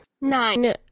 Nine